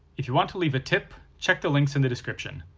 if you want to leave a tip, check the links in the description.